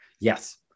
Yes